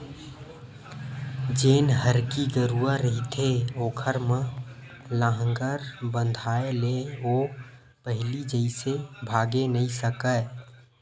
जेन हरही गरूवा रहिथे ओखर म लांहगर बंधाय ले ओ पहिली जइसे भागे नइ सकय